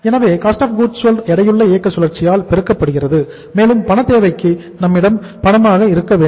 எனவே COGS எடையுள்ள இயக்க சுழற்சியால் பெருக்கப்படுகிறது மேலும் பண தேவைக்கு நம்மிடம் பணமாக இருக்க வேண்டும்